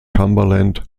cumberland